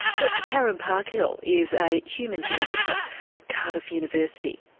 dr karen parkhill is a human geographer at cardiff university.